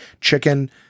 chicken